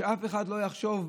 שאף אחד לא יחשוב,